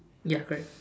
ya correct